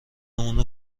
اونو